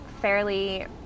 fairly